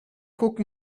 guck